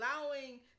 allowing